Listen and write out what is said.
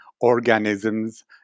organisms